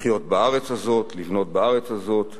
לחיות בארץ הזאת, לבנות בארץ הזאת,